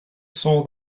saw